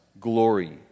glory